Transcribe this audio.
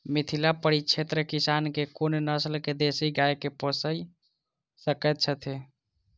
मिथिला परिक्षेत्रक किसान केँ कुन नस्ल केँ देसी गाय केँ पोइस सकैत छैथि?